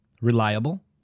reliable